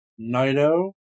Naito